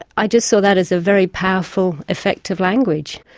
i just saw that as a very powerful effect of language.